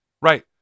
Right